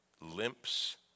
limps